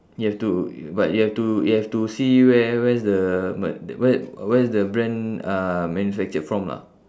you have to you but you have to you have to see where where's the ma~ where where's the brand uh manufactured from lah